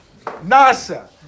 Nasa